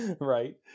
Right